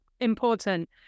important